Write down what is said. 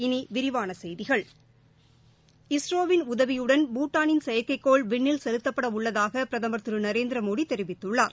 இனி விரிவான செய்திகள் இஸ்ரோவின் உதவியுடன் பூட்டானின் செயற்கைக்கோள் விண்ணில் செலுத்தப்பட உள்ளதாக பிரதமர் திரு நரேந்திரமோடி தெரிவித்துள்ளார்